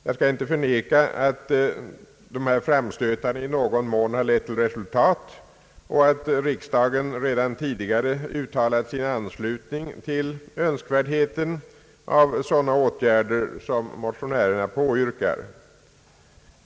Jag skall inte förneka att dessa framstötar i någon mån lett till resultat, och att riksdagen redan tidigare uttalat sin anslutning till önskvärdheten av sådana åtgärder som motionärerna påyrkar.